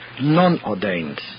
non-ordained